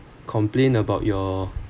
complain about your